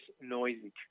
noisy